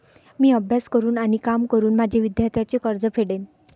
मी अभ्यास करून आणि काम करून माझे विद्यार्थ्यांचे कर्ज फेडेन